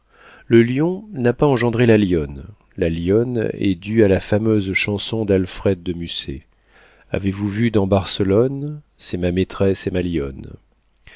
le lion n'a pas engendré la lionne la lionne est due à la fameuse chanson d'alfred de musset avez-vous vu dans barcelone c'est ma maîtresse et ma lionne